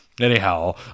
Anyhow